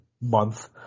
month